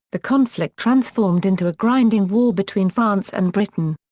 the conflict transformed into a grinding war between france and britain.